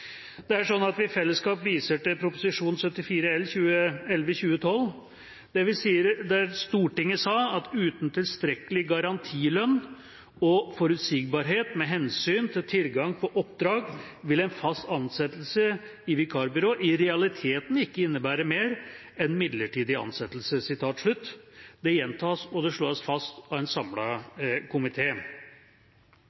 Det er sånn at vi i fellesskap viser til Prop. 74 L for 2011–2012, der Stortinget sa: «Uten tilstrekkelig garantilønn og forutsigbarhet med hensyn til tilgang på oppdrag, vil en «fast ansettelse» i vikarbyrået i realiteten ikke innebære mer enn midlertidig ansettelse.» Det gjentas, og det slås fast av en